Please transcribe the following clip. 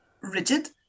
rigid